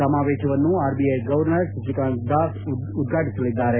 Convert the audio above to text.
ಸಮಾವೇಶವನ್ನು RBI governor Shashikant Das ಉದ್ವಾಟಸಲಿದ್ದಾರೆ